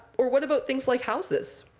or what about things like houses?